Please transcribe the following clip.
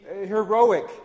heroic